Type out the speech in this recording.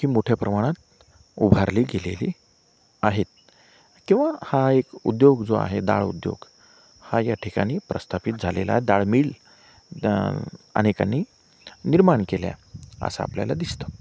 ही मोठ्या प्रमाणात उभारली गेलेली आहेत किंवा हा एक उद्योग जो आहे डाळ उद्योग हा या ठिकाणी प्रस्थापित झालेला डाळ मिल अनेकांनी निर्माण केल्या असं आपल्याला दिसतं